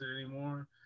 anymore